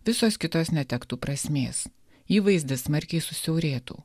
visos kitos netektų prasmės įvaizdis smarkiai susiaurėtų